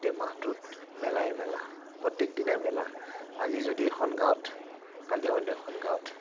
গোটেই মাহটোত মেলায়ে মেলা প্ৰত্যেকদিনাই মেলা আজি যদি এখন গাঁৱত কালি অইন এখন গাঁৱত